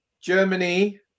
Germany